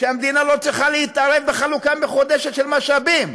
ושהמדינה לא צריכה להתערב בחלוקה מחודשת של משאבים,